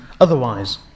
otherwise